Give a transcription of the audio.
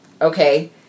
okay